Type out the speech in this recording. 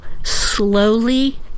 slowly